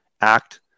act